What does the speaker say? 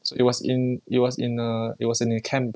so it was in it was in a it was in a camp